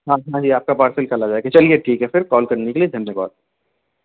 ہاں ہاں جى آپ کا پارسل کل آ جائے گا چلیے ٹھیک ہے پھر کال کرنے کے لیے دھنیہ واد